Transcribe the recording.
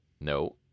No